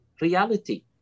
reality